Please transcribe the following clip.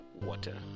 water